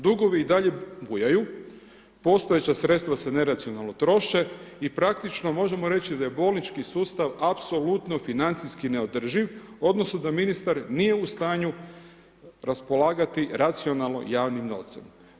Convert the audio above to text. Dugovi i dalje bujaju, postojeća sredstva se neracionalno troše i praktično možemo reći da je bolnički sustav apsolutno financijski neodrživ odnosno da ministar nije u stanju raspolagati racionalno javnim novcem.